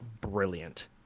brilliant